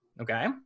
okay